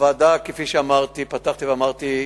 כפי שפתחתי ואמרתי,